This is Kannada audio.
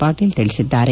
ಪಾಟೀಲ್ ತಿಳಿಸಿದ್ದಾರೆ